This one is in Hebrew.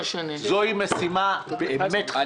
זוהי משימה באמת חשובה.